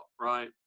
right